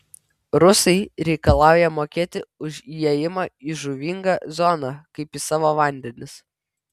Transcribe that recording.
rusai reikalauja mokėti už įėjimą į žuvingą zoną kaip į savo vandenis